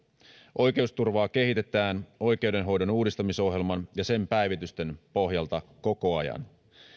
oikeusturvaa kehitetään oikeudenhoidon uudistamisohjelman ja sen päivitysten pohjalta koko ajan